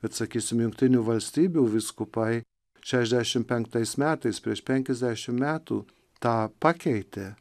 bet sakysim jungtinių valstybių vyskupai šešiasdešimt penktais metais prieš penkiasdešimt metų tą pakeitė